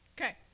Okay